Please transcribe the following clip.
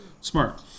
Smart